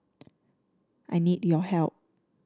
I need your help